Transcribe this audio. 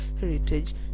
heritage